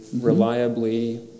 reliably